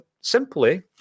simply